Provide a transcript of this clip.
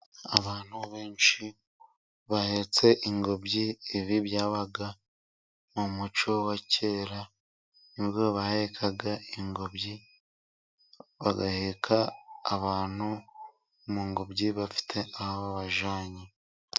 Abantu benshi bahetse ingobyi, ibi byabaga mu muco wa kera, ubwo bahekaga ingobyi, bagaheka abantu mu ngobyi bafite aho babajyanye.